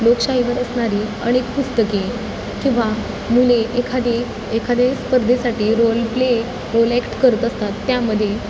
लोकशाहीवर असणारी अनेक पुस्तके किंवा मुले एखादी एखादे स्पर्धेसाठी रोल प्ले रोल ॲक्ट करत असतात त्यामध्ये